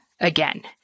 again